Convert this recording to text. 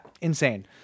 insane